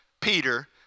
Peter